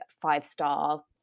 five-star